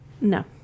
No